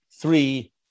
three